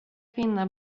kvinna